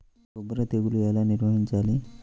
బొబ్బర తెగులు ఎలా నివారించాలి?